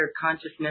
consciousness